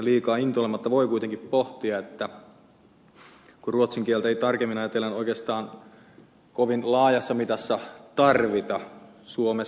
liikaa intoilematta tätä voi kuitenkin pohtia kun ruotsin kieltä ei tarkemmin ajatellen oikeastaan kovin laajassa mitassa tarvita suomessa